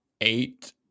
eight